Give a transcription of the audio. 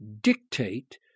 dictate